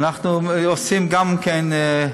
ואנחנו עושים גם כן,